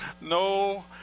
no